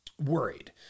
worried